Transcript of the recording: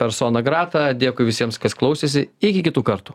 persona grata dėkui visiems kas klausėsi iki kitų kartų